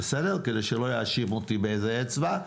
כדי שלא יאשימו אותי באיזה אצבע,